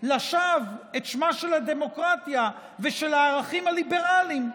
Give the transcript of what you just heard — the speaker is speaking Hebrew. לשווא את שמם של הדמוקרטיה ושל הערכים הליברליים,